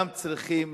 אנחנו צריכים